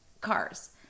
cars